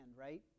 right